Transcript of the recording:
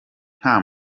nta